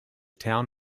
town